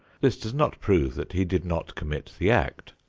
this does not prove that he did not commit the act.